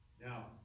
Now